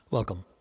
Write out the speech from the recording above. Welcome